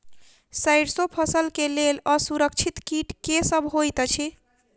सैरसो फसल केँ लेल असुरक्षित कीट केँ सब होइत अछि?